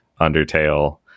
undertale